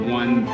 one